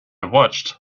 watched